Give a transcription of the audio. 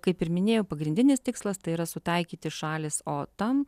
kaip ir minėjau pagrindinis tikslas tai yra sutaikyti šalys o tam